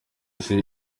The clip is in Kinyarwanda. izi